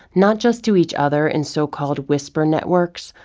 not just to each other in so-called whisper networks,